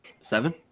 Seven